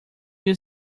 you